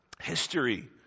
history